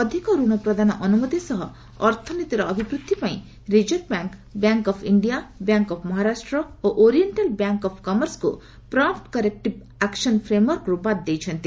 ଅଧିକ ଋଣ ପ୍ରଦାନ ଅନୁମତି ସହ ଅର୍ଥନୀତିର ଅଭିବୃଦ୍ଧି ପାଇଁ reserve bank bank of India bank of Maharashtra ଓ ଓରିଏକ୍ଷାଲ ବ୍ୟାଙ୍କ ଅଫ କର୍ମର୍ସକୁ ପ୍ରମ୍ପଟ୍ କରେକ୍ଟିଭ ଆକ୍ୱନ ଫେମୱାର୍କରୁ ବାଦ ଦେଇଛନ୍ତି